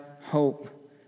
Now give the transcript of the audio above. hope